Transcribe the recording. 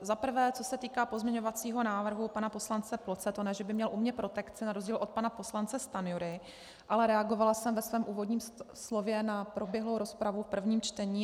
Za prvé co se týká pozměňovacího návrhu pana poslance Ploce, to ne že by měl u mě protekci na rozdíl od pana poslance Stanjury, ale reagovala jsem ve svém úvodním slově na proběhlou rozpravu v prvním čtení.